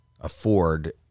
afford